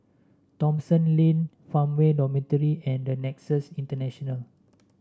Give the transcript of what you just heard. Thomson Lane Farmway Dormitory and Nexus International